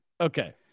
Okay